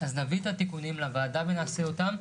אז נביא את התיקונים לוועדה ונעשה אותם.